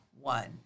one